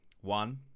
one